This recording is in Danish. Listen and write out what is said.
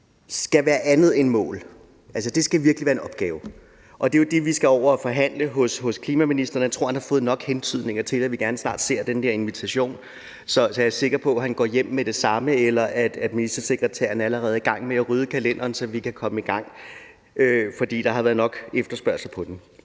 skal være andet end mål – det skal virkelig være en opgave. Og det er jo det, vi skal over og forhandle hos klimaministeren. Jeg tror, han har fået nok hentydninger til, at vi gerne snart ser den der invitation, så jeg er sikker på, at han går hjem med det samme og ser på det, eller at ministersekretæren allerede er i gang med at rydde kalenderen, så vi kan komme i gang, for der har været nok efterspørgsel efter